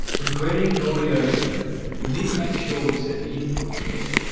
when creating an audio instrument we need to make sure we set the input source.